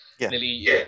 nearly